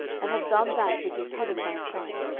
and have done that which is good in thy sight.